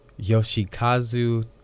Yoshikazu